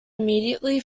immediately